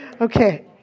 Okay